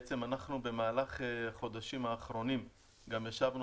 אנחנו במהלך החודשים האחרונים גם ישבנו